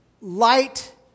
light